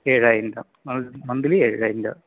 ഏഴായിരം രൂപ മന്ത്ലി ഏഴായിരം രൂപ